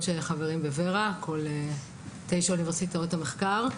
שחברים בור"ה כל תשע אוניברסיטאות המחקר.